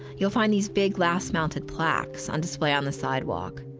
you'll find these big glass-mounted plaques on display on the sidewalk.